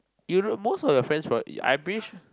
you most of your friends from I'm pretty sure